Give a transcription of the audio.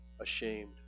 ashamed